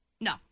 No